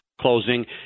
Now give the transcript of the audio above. closing